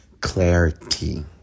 clarity